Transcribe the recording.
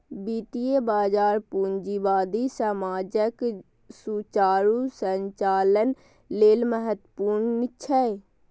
वित्तीय बाजार पूंजीवादी समाजक सुचारू संचालन लेल महत्वपूर्ण छै